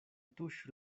tuŝu